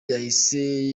yahise